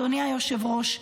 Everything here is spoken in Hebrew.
אדוני היושב-ראש,